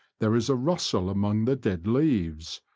there is a rustle among the dead leaves,